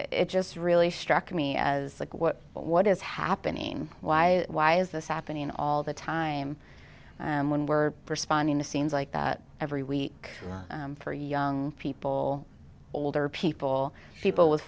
it just really struck me as like what what is happening why why is this happening all the time when we're responding to scenes like that every week for young people older people people with